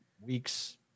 weeks